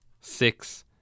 six